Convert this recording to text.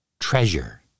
treasure